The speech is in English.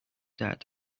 that